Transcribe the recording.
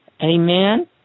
Amen